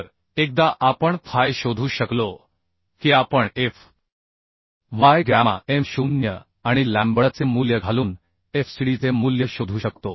तर एकदा आपण फाय शोधू शकलो की आपण एफ वाय गॅमा एम 0 आणि लॅम्बडाचे मूल्य घालून एफसीडीचे मूल्य शोधू शकतो